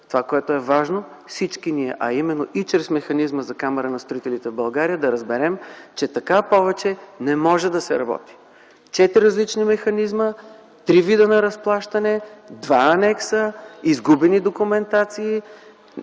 Това, което е важно – всички ние, а именно и чрез механизма за Камара на строителите в България да разберем, че така повече не може да се работи. Четири различни механизма, три вида на разплащане, два анекса, изгубени документации